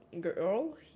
girl